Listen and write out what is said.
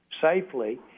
safely